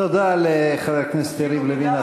תודה לחבר הכנסת יריב לוין,